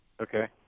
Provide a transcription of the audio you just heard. Okay